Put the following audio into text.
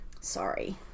sorry